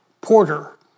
Porter